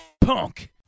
Punk